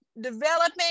developing